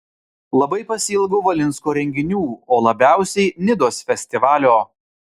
labai pasiilgau valinsko renginių o labiausiai nidos festivalio